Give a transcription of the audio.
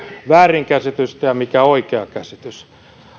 väärinkäsitystä ja mikä oikea käsitys